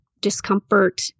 discomfort